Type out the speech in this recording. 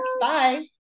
bye